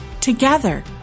Together